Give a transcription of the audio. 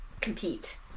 compete